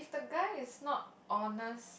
guy is not honest